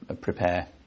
prepare